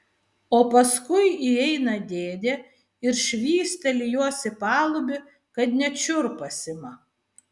o paskui įeina dėdė ir švysteli juos į palubį kad net šiurpas ima